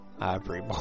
ivory